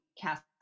cast